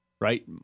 right